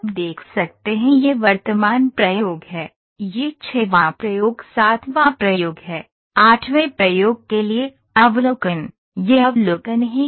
आप देख सकते हैं यह वर्तमान प्रयोग है यह 6 वां प्रयोग 7 वां प्रयोग है 8 वें प्रयोग के लिए अवलोकन ये अवलोकन हैं